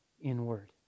inward